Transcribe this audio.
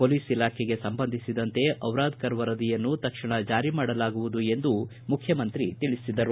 police ಇಲಾಖೆಗೆ ಸಂಬಂಧಿಸಿದಂತೆ ದಿರಾದಕರ ವರದಿಯನ್ನು ತಕ್ಷಣ ಜಾರಿ ಮಾಡಲಾಗುವುದು ಎಂದು ಮುಖ್ಯಮಂತ್ರಿ ತಿಳಿಸಿದರು